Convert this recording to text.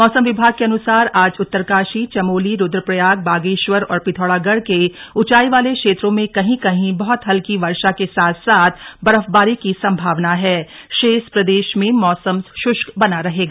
मौसम विभाग के अनुसार आज उत्तरकाशी चमोली रुद्रप्रयाग बागेश्वर और पिथौरागढ़ के ऊचाई वाले क्षेत्रों में कहीं कहीं बहुत हल्की वर्षा के साथ साथ बर्फवारी की संभावना है शेष प्रदेश में मौसम शुष्क बना रहेगा